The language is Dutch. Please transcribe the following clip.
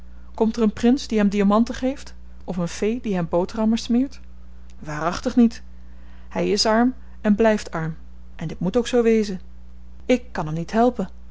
komt er een prins die hem diamanten geeft of een fee die hem boterhammen smeert waarachtig niet hy is arm en blyft arm en dit moet ook zoo wezen ik kan hem niet